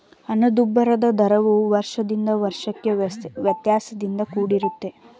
ಹಣದುಬ್ಬರದ ದರವು ವರ್ಷದಿಂದ ವರ್ಷಕ್ಕೆ ವ್ಯತ್ಯಾಸದಿಂದ ಕೂಡಿರುತ್ತೆ